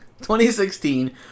2016